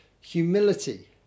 humility